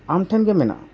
ᱟᱢ ᱴᱷᱮᱱ ᱜᱮ ᱢᱮᱱᱟᱜᱼᱟ